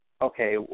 okay